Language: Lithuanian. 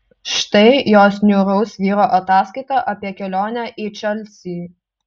štai jos niūraus vyro ataskaita apie kelionę į čelsį